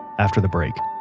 after the break